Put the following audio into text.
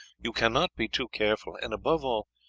you cannot be too careful, and, above all,